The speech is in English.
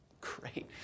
great